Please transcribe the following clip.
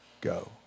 go